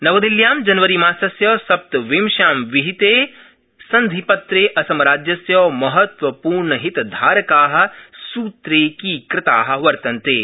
नवदिल्ल्यां जनवरीमासस्य सप्तविश्यां विहिते सन्धिपत्रे असमराज्यस्य महत्वपूर्णहितधारका स्त्रेकीकृता वर्तन्ते